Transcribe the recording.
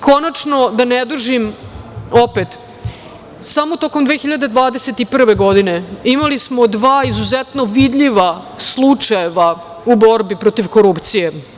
Konačno, da ne dužim opet, samo tokom 2021. godine imali smo dva izuzetno vidljiva slučajeva u borbi protiv korupcije.